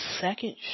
second